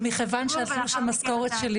את ברשות דיבור,